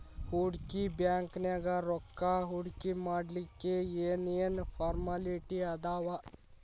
ಹೂಡ್ಕಿ ಬ್ಯಾಂಕ್ನ್ಯಾಗ್ ರೊಕ್ಕಾ ಹೂಡ್ಕಿಮಾಡ್ಲಿಕ್ಕೆ ಏನ್ ಏನ್ ಫಾರ್ಮ್ಯಲಿಟಿ ಅದಾವ?